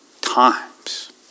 times